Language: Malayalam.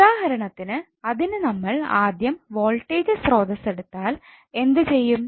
ഉദാഹരണത്തിന് അതിന് നമ്മൾ ആദ്യം വോൾട്ടേജ് സ്രോതസ്സ് എടുത്താൽ എന്ത് ചെയ്യും